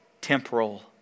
temporal